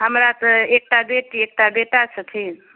हमरा तऽ एकटा बेटी एकटा बेटा छथिन